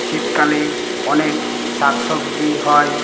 শীতকালে অনেক শাক সবজি হয়